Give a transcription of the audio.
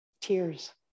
tears